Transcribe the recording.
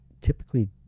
typically